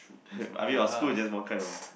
I mean our school is just one kind of